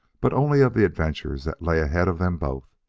but only of the adventures that lay ahead of them both.